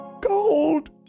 gold